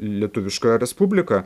lietuviškąją respubliką